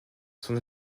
son